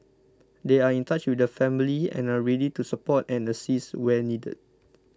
they are in touch with the family and are ready to support and assist where needed